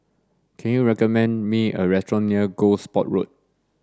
can you recommend me a restaurant near Gosport Road